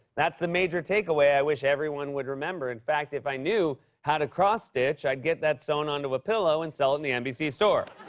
that's the major takeaway i wish everyone would remember. in fact, if i knew how to cross-stitch, i'd get that sewn onto a pillow and sell it in the nbc store.